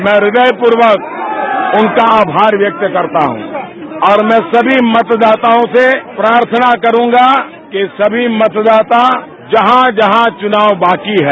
मैं हृदयपूर्वक उनका आभार व्यक्त करता हूँ और मैं सभी मतदाताओं से प्रार्थना करूंगा कि सभी मतदाता जहाँ जहाँ चुनाव बाकी हैं